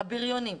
הבריונים,